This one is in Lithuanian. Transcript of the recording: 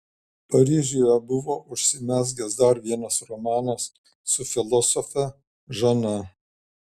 paryžiuje buvo užsimezgęs dar vienas romanas su filosofe žana